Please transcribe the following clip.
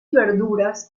verduras